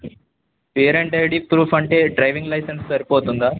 parent I D proof అంటే driving licence సరిపోతుందా